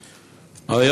תודה,